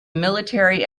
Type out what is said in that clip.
military